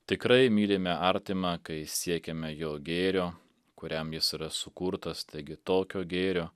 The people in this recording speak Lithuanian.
tikrai mylime artimą kai siekiame jo gėrio kuriam jis yra sukurtas taigi tokio gėrio